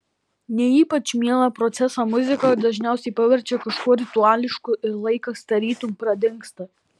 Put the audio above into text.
ne ypač mielą procesą muzika dažniausiai paverčia kažkuo rituališku ir laikas tarytum pradingsta